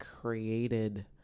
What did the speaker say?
created